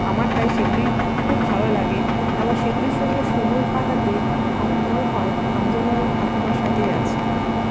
আমার তাই সেগুলি খুব ভালো লাগে এবং সেগুলির সঙ্গে সময় কাটাতে আমার মনে হয় আমি যেন আমার ঠাকুমার সাথেই আছি